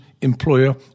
employer